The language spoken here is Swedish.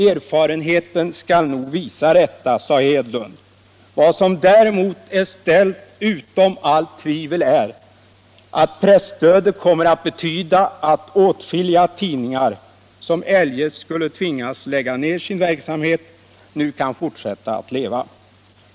Erfarenheten skall nog visa detta, sade herr Hedlund, som däremot fann det ställt utom allt tvivel att presstödet kommer att betyda att åtskilliga tidningar som eljest skulle tvingas lägga ned sin verksamhet nu kan fortsätta att leva.